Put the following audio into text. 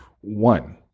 One